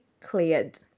cleared